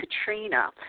Katrina